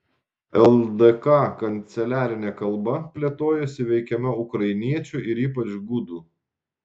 ldk kanceliarinė kalba plėtojosi veikiama ukrainiečių ir ypač gudų